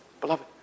beloved